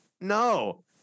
No